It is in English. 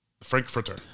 Frankfurter